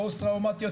פוסט טראומטיות,